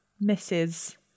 misses